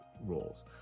roles